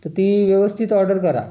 तर ती व्यवस्थित ऑर्डर करा